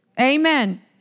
Amen